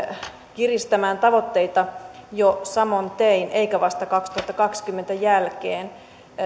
kiristämään tavoitteita jo samoin tein eikä vasta kaksituhattakaksikymmentän jälkeen